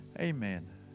Amen